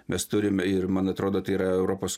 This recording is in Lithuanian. mes turime ir man atrodo tai yra europos